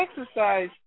exercise